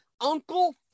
Uncle